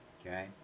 Okay